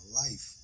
life